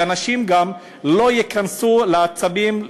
שאנשים גם לא ייכנסו לעצבים,